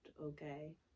okay